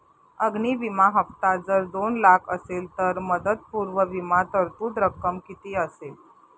अग्नि विमा हफ्ता जर दोन लाख असेल तर मुदतपूर्व विमा तरतूद रक्कम किती असेल?